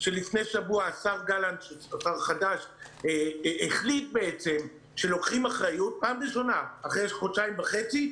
לפני שבוע השר גלנט החליט שלוקחים אחריות פעם ראשונה אחרי חודשיים וחצי.